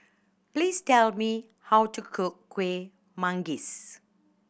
please tell me how to cook Kueh Manggis